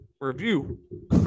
review